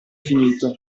finito